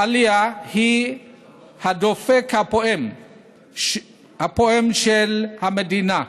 העלייה היא הדופק הפועם של המדינה,